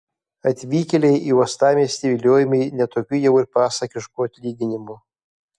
atvykėliai į uostamiestį viliojami ne tokiu jau ir pasakišku atlyginimu